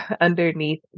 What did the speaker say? underneath